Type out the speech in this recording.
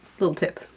little tip.